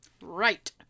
right